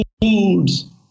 foods